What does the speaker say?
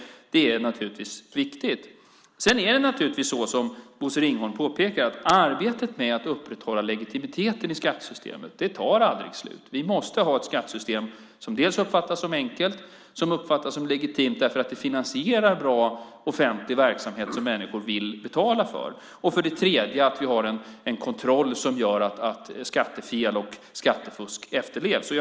Det är naturligtvis riktigt. Sedan är det naturligtvis så, som Bosse Ringholm påpekar, att arbetet med att upprätthålla legitimiteten i skattesystemet aldrig tar slut. Vi måste ha ett skattesystem som uppfattas som enkelt och som uppfattas som legitimt därför att det finansierar bra offentlig verksamhet som människor vill betala för. Dessutom måste vi ha en kontroll som gör att reglerna efterlevs, så att skattefel och skattefusk förhindras.